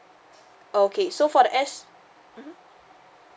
okay so for the s mmhmm